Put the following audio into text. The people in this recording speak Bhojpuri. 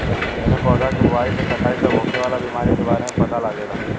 एमे पौधा के बोआई से कटाई तक होखे वाला बीमारी के बारे में पता लागेला